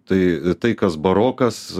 tai tai kas barokas